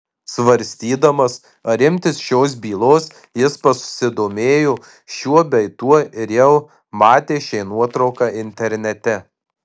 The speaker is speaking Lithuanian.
svarstydamas ar imtis šios bylos jis pasidomėjo šiuo bei tuo ir jau matė šią nuotrauką internete